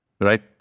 Right